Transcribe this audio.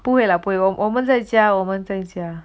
不会啦我我们在家我们在家